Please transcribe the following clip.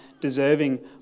deserving